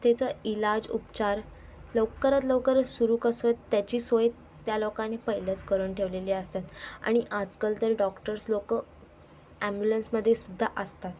त्याचा इलाज उपचार लवकरात लवकर सुरू कसं त्याची सोय त्या लोकांनी पहिलंच करून ठेवलेली असतात आणि आजकल तर डॉक्टर्स लोकं ॲम्बुलन्समध्ये सुद्धा असतात